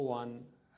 one